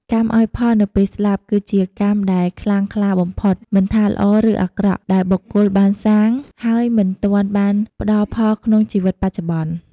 កម្មឲ្យផលនៅពេលស្លាប់ គឺជាកម្មដែលខ្លាំងក្លាបំផុត មិនថាល្អឬអាក្រក់ ដែលបុគ្គលបានសាង ហើយមិនទាន់បានផ្ដល់ផលក្នុងជីវិតបច្ចុប្បន្ន។